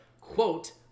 quote